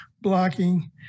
blocking